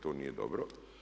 To nije dobro.